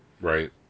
Right